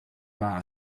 bar